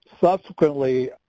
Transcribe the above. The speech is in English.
subsequently